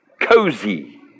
Cozy